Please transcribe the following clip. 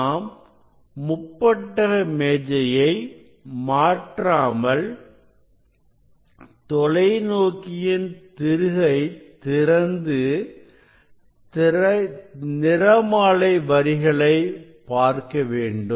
நாம் முப்பட்டக மேஜையை மாற்றாமல் தொலைநோக்கியின் திருகை திறந்து நிறமாலை வரிகளை பார்க்க வேண்டும்